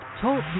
Talk